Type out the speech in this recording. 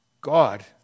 God